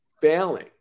failing